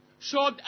showed